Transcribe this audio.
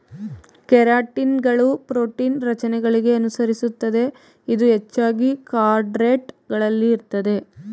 ಕೆರಾಟಿನ್ಗಳು ಪ್ರೋಟೀನ್ ರಚನೆಗಳಿಗೆ ಅನುಸರಿಸುತ್ತದೆ ಇದು ಹೆಚ್ಚಾಗಿ ಕಾರ್ಡೇಟ್ ಗಳಲ್ಲಿ ಇರ್ತದೆ